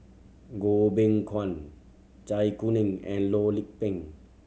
Goh Beng Kwan Zai Kuning and Loh Lik Peng